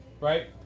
right